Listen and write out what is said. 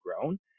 grown